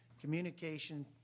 communication